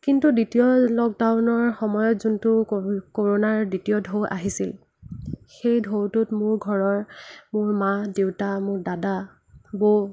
কিন্তু দ্বিতীয় লকডাউনৰ সময়ত যোনটো ক'ৰ'নাৰ দ্বিতীয় ঢৌ আহিছিল সেই ঢৌটোত মোৰ ঘৰৰ মোৰ মা দেউতা মোৰ দাদা বৌ